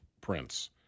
Prince